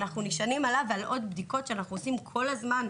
אנחנו נשענים עליו ועל עוד בדיקות שאנחנו עושים כל הזמן,